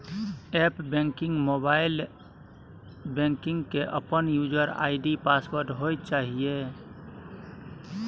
app banking, mobile banking के अपन user ID password होय चाहिए